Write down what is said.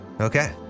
Okay